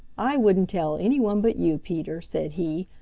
i wouldn't tell any one but you, peter, said he,